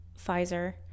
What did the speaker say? pfizer